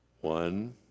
One